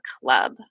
club